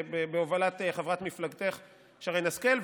בהובלת חברת מפלגתך שרן השכל,